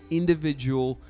individual